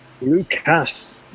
Lucas